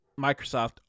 Microsoft